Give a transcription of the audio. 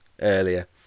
earlier